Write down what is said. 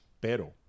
Pero